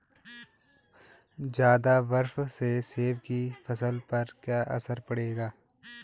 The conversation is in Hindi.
ज़्यादा बर्फ से सेब की फसल पर क्या असर पड़ेगा?